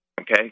okay